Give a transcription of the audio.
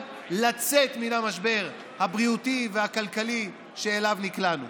לצאת מהמשבר הבריאותי והכלכלי שאליו נקלענו.